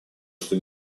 что